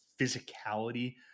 physicality